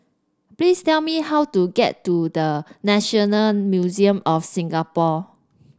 please tell me how to get to The National Museum of Singapore